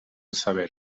saber